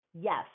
Yes